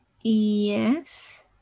Yes